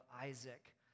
Isaac